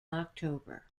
october